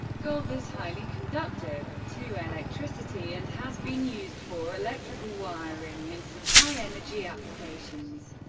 gold is highly conductive to electricity, and has been used for electrical wiring in some high-energy applications.